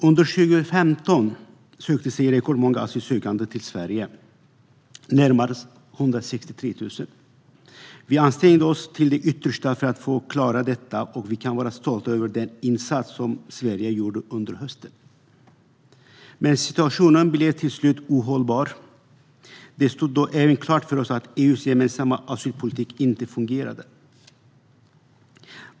Under 2015 sökte sig rekordmånga asylsökande till Sverige - närmare 163 000. Vi ansträngde oss till det yttersta för att klara detta, och vi kan vara stolta över den insats som Sverige gjorde under hösten. Men situationen blev till slut ohållbar. Det stod då även klart för oss att EU:s gemensamma asylpolitik inte fungerade.